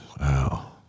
wow